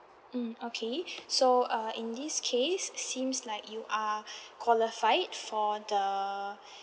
mm okay sure so uh in this case seems like you are qualified for the